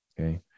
okay